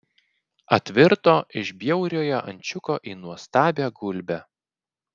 atvirto iš bjauriojo ančiuko į nuostabią gulbę